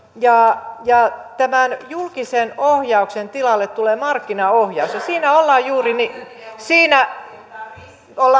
ja ja tämän julkisen ohjauksen tilalle tulee markkinaohjaus ja siinä ollaan juuri siinä että markkinoinnilla